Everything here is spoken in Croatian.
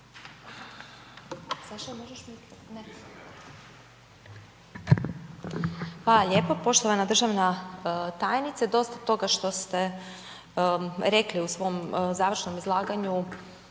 lijepo. Poštovana državna tajnice, dosta toga što ste rekli u svom završnom izlaganju,